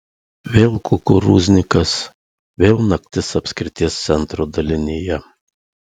vėl kukurūznikas vėl naktis apskrities centro dalinyje